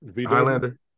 Highlander